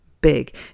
big